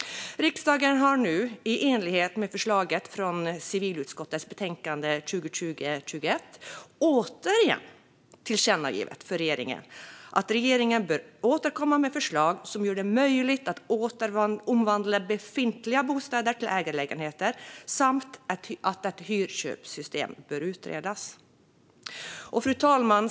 Riksdagen har nu, i enlighet med förslaget i civilutskottets betänkande från 2020/21, återigen tillkännagett för regeringen att den bör återkomma med förslag som gör det möjligt att omvandla befintliga bostäder till ägarlägenheter samt att ett hyrköpssystem bör utredas. Fru talman!